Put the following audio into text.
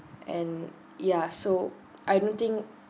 and yeah so I don't think